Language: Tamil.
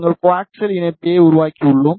நாங்கள் கோஆக்சியல் இணைப்பியை உருவாக்கியுள்ளோம்